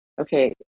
Okay